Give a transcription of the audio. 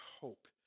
hope